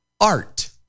art